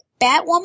Batwoman